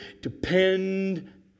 depend